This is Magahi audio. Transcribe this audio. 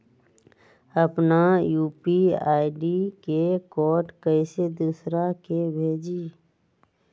अपना यू.पी.आई के कोड कईसे दूसरा के भेजी?